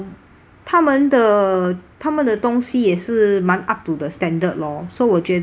他们的他们的东西也是蛮 up to the standard lor so 我觉得